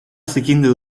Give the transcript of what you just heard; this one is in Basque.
zikindu